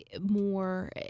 more